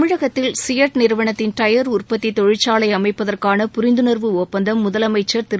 தமிழகத்தில் சியட் நிறுவனத்தின் டயர் உற்பத்தி தொழிற்சாலை அமைப்பதற்கான புரிந்துணா்வு ஒப்பந்தம் முதலமைச்ச் திரு